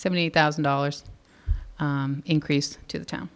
seventy thousand dollars increase to the town